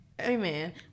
Amen